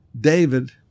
David